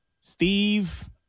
Steve